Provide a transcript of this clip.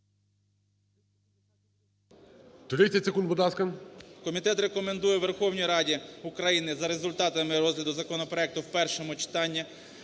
30 секунд, будь ласка. ВІННИК І.Ю. … Комітет рекомендує Верховній Раді України за результатами розгляду законопроекту в першому читанні